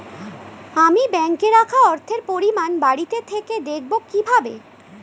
আমি ব্যাঙ্কে রাখা অর্থের পরিমাণ বাড়িতে থেকে দেখব কীভাবে?